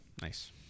nice